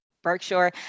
Berkshire